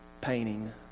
painting